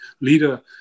leader